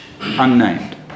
unnamed